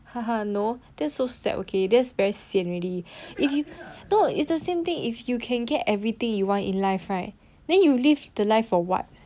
no that's so sad okay that's very sian already if you know it's the same thing if you can get everything you want in life right then you live the life for what